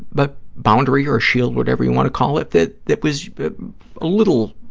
but boundary or a shield, whatever you want to call it, that that was a little,